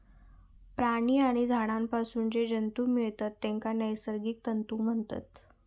प्राणी आणि झाडांपासून जे तंतु मिळतत तेंका नैसर्गिक तंतु म्हणतत